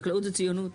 חקלאות זה ציונות.